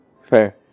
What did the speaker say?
fair